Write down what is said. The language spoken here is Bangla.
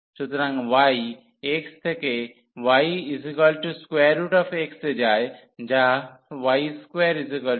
সুতরাং y x থেকে yx এ যায় যা y2x